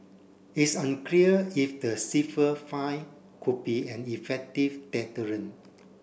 it's unclear if the stiffer fine could be an effective deterrent